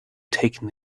taken